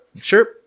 Sure